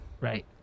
right